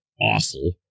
awful